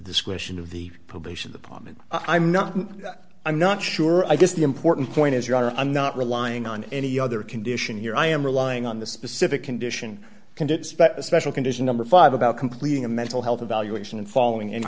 discretion of the probation department i'm not i'm not sure i guess the important point is your honor i'm not relying on any other condition here i am relying on the specific condition can get a special condition number five about completing a mental health evaluation and following and